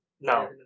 No